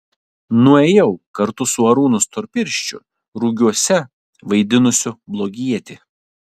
nuėjau kartu su arūnu storpirščiu rugiuose vaidinusiu blogietį